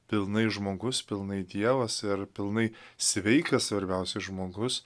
pilnai žmogus pilnai dievas ir pilnai sveikas svarbiausia žmogus